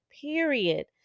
period